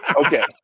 Okay